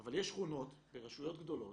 אבל יש שכונות ברשויות גדולות